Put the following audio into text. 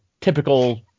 typical